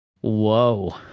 Whoa